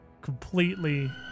completely